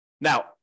Now